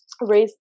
raise